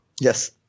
Yes